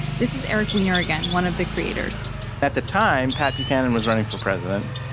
this is eric weiner again, one of the creators at the time, pat buchanan was running for president,